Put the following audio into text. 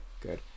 Good